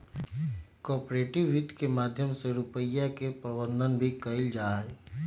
corporate वित्त के माध्यम से रुपिया के प्रबन्धन भी कइल जाहई